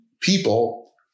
people